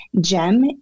gem